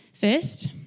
First